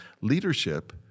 leadership